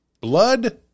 Blood